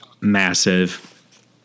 massive